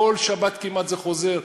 כמעט בכל שבת זה חוזר.